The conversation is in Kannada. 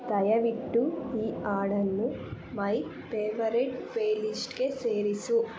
ದಯವಿಟ್ಟು ಈ ಹಾಡನ್ನು ಮೈ ಪೇವರೆಟ್ ಪೇಲಿಸ್ಟ್ಗೆ ಸೇರಿಸು